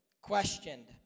questioned